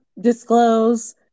disclose